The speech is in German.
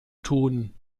tun